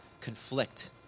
conflict